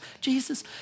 Jesus